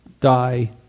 die